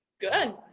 Good